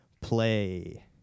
play